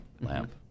Lamp